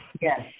Yes